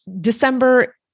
December